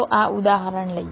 ચાલો આ ઉદાહરણ લઈએ